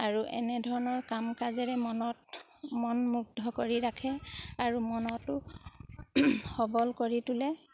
আৰু এনেধৰণৰ কাম কাজেৰে মনত মন মুগ্ধ কৰি ৰাখে আৰু মনতো সবল কৰি তোলে